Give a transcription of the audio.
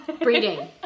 Breeding